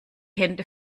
hände